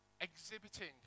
exhibiting